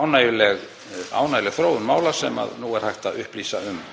ánægjuleg þróun mála sem nú er hægt að upplýsa um.